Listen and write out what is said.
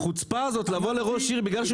החוצפה הזו לבוא לראש עיר בגלל שהוא